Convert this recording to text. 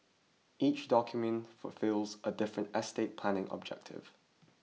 each document fulfils a different estate planning objective